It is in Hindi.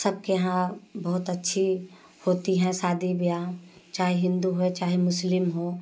सबके यहाँ बहुत अच्छी होती है शादी ब्याह चाहे हिन्दू हो चाहे मुस्लिम हो